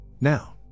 Now